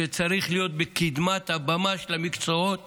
שצריך להיות בקדמת הבמה של המקצועות